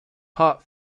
part